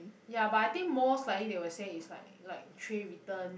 ya but I think more likely they will say is like like tray return